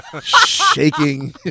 shaking